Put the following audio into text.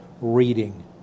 reading